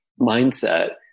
mindset